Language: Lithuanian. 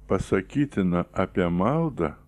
pasakytina apie maldą